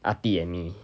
ah ti and me